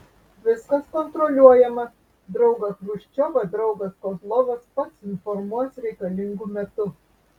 viskas kontroliuojama draugą chruščiovą draugas kozlovas pats informuos reikalingu metu